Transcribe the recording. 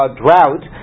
drought